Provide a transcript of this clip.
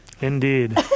Indeed